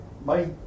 bye